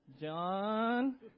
John